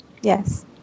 Yes